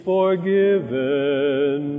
forgiven